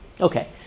Okay